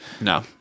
No